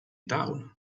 town